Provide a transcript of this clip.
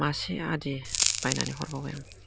मासे आदि बायनानै हरबावबाय आं